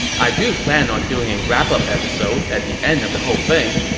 i do plan on doing a wrap-up episode at the end of the whole thing,